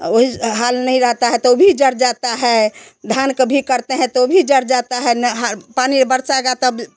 और हाल नहीं रहता है तो भी चढ़ जाता है धान कभी करते हैं तो भी जड़ जाता है नहीं हाँ पानी बरसेगा तो